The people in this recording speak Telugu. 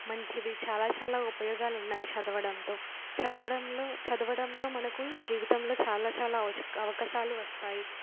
మంచిది చాలా చాలా ఉపయోగాలు ఉన్నాయి చదవడంతో చదవడంలో చదవడంతో మనకు జీవితంలో చాలా చాలా అవ అవకాశాలు వస్తాయి